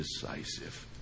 decisive